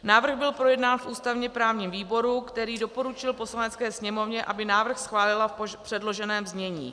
Návrh byl projednán v ústavněprávním výboru, který doporučil Poslanecké sněmovně, aby návrh schválila v předloženém znění.